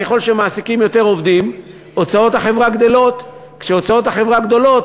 ככל שמעסיקים יותר עובדים הוצאות החברה גדלות,